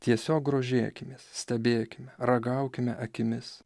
tiesiog grožėkimės stebėkime ragaukime akimis